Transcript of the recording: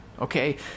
okay